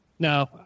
No